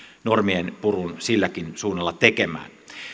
normien purun silläkin suunnalla tekemään